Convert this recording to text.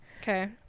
okay